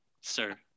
sir